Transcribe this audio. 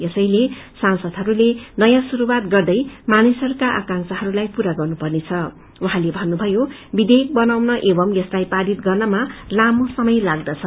यसैले सांसदहरूले नयाँ शुरूवा तगर्दै मानिसहरूका आकांशाहरूलाई पूरा गर्नेपर्नेछ उाहाँले भन्नुषयो वियेयक बनाउन एवर्म यसलाई पारित गर्नमा लामो समय लाग्दछ